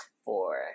four